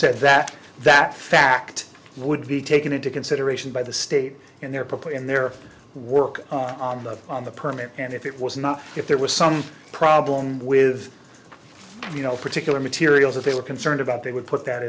said that that fact would be taken into consideration by the state and their property and their work on the permit and if it was not if there was some problem with you know particular materials that they were concerned about they would put that